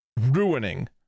ruining